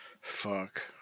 fuck